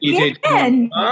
again